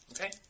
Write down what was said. Okay